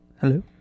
Hello